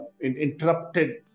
interrupted